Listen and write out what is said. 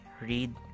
read